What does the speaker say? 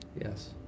Yes